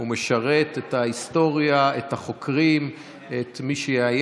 הוא משרת את ההיסטוריה, את החוקרים, את מי שיעיין.